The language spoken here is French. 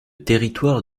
territoire